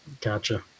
Gotcha